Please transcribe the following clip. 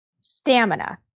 Stamina